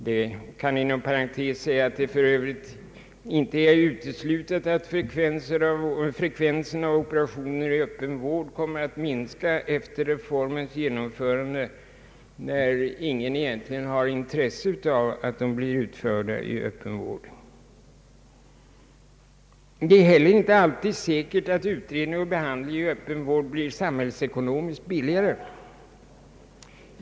Det kan inom parentes sägas att det inte är uteslutet att fre kommer att minska efter reformens genomförande när ingen egentligen har intresse av att de blir utförda i öppen vård. Det är heller inte alltid säkert att utredning och behandling i öppen vård blir samhällsekonomiskt billigare.